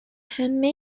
همه